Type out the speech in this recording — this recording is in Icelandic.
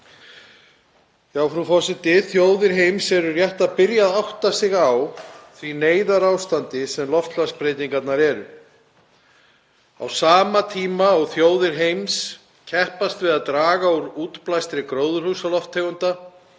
Já, frú forseti, þjóðir heims eru rétt að byrja að átta sig á því neyðarástandi sem loftslagsbreytingarnar eru. Á sama tíma og þjóðir heims keppast við að draga úr útblæstri gróðurhúsalofttegunda